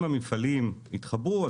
אם המפעלים יתחברו,